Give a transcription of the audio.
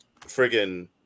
friggin